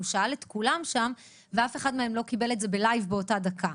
הוא שאל את כולם שם ואף אחד מהם לא קיבל את זה בלייב באותה דקה.